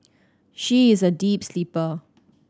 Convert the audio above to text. she is a deep sleeper